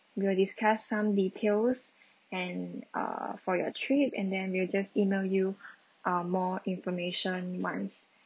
we will discuss some details and err for your trip and then we will just email you um more information once